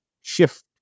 shift